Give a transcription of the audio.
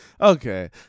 Okay